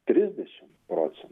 trisdešim procentų